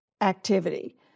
activity